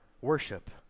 worship